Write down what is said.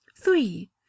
Three